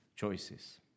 choices